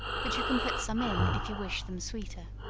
but you can put some in, if you wish them sweeter.